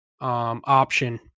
option